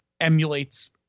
emulates